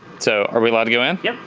so are we allowed to go in? yep,